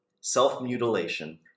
Self-mutilation